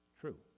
True